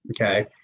Okay